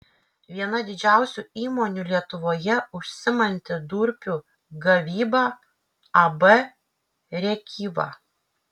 viena didžiausių įmonių lietuvoje užsiimanti durpių gavyba ab rėkyva